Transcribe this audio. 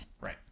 Right